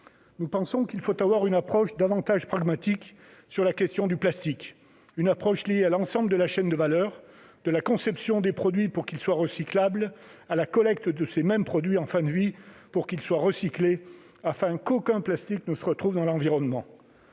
nous pensons qu'il faut adopter une approche plus pragmatique et liée à l'ensemble de la chaîne de valeur, de la conception des produits pour qu'ils soient recyclables à la collecte de ces mêmes produits en fin de vie pour qu'ils soient recyclés, afin qu'aucun plastique ne se retrouve dans l'environnement.